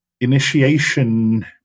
initiation